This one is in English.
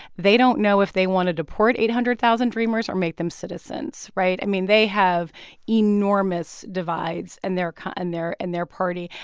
they don't know if they want to deport eight hundred thousand dreamers or make them citizens. right? i mean, they have enormous divides and in and their and their party.